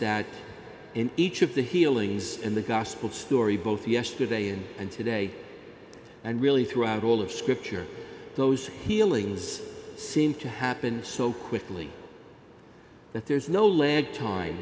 that in each of the healings in the gospel story both yesterday and and today and really throughout all of scripture those healings seem to happen so quickly that there's no lead time